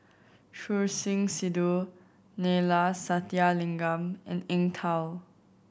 Choor Singh Sidhu Neila Sathyalingam and Eng Tow